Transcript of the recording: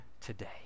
today